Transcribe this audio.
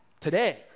today